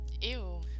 Ew